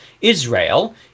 Israel